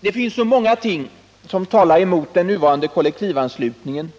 Det finns så många ting som talar emot den nuvarande kollektivanslutningen,